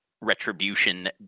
retribution